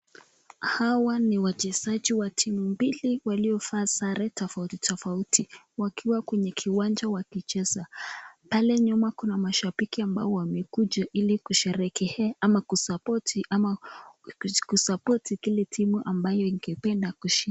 Hawa ni wachezaji wa timu mbili waliovaa sare tofauti tofauti, wakiwa kwenye kiwanja wakicheza. Pale nyuma kuna mashabiki ambao wamekuja ili kusherehekea ama kusapoti ile timu ambayo ingependa kushinda.